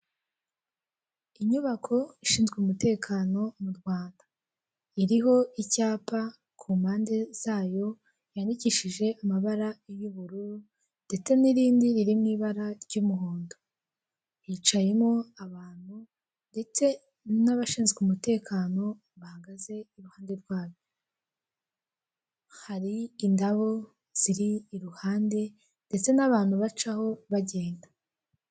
Iyi ni imodoka nini igizwe n'amabara y'umweru, amapine y'umukara iri mu muhanda wo mu bwoko bwa kaburimbo, hirya gatoya ibiti birebire ubona bitanga umuyaga n'amahumbezi ku bahakoresha bose.